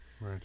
Right